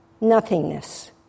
nothingness